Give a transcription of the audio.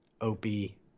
Opie